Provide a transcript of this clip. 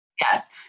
Yes